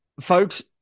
folks